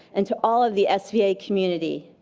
and to all of the sva community.